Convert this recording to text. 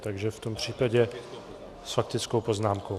Takže v tom případě... s faktickou poznámkou.